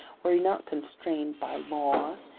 were he not constrained by law,